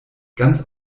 ganz